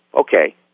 okay